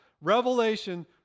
Revelation